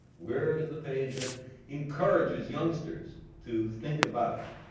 where is the page that encourages youngsters to think about it?